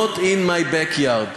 Not In My Back Yard.